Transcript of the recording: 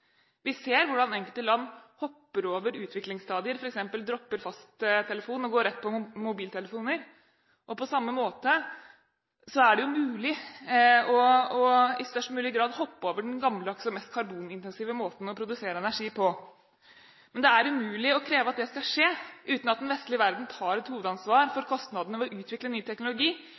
Vi ser hvordan enkelte land hopper over utviklingsstadier og f.eks. dropper fasttelefon og går rett på mobiltelefoner. På samme måte er det mulig i størst mulig grad å hoppe over den gammeldagse og mest karbonintensive måten å produsere energi på. Men det er umulig å kreve at det skal skje uten at den vestlige verden tar et hovedansvar for kostnadene ved å utvikle ny teknologi,